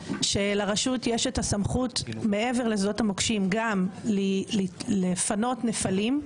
קבעה שלרשות יש את הסמכות מעבר לשדות המוקשים גם לפנות נפלים.